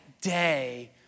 day